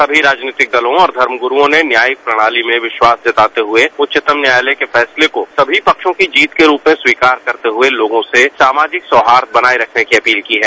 सभी राजनीतिक दलों और धर्म गुरूओं ने न्यायिक प्रणाली में विश्वास जताते हुए उच्चतम न्यायालय के फैसले को सभी पक्षों की जीत के रूप में स्वीकार करते हुए लोगों से सामाजिक सौहार्द बनाये रखने की अपील की है